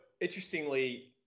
interestingly